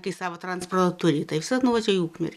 kai savo transportą turi visad nuvažiuoji į ukmer